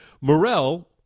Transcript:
Morrell